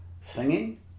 Singing